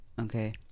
Okay